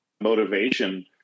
motivation